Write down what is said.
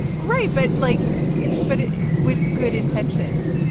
right. but like but with good intentions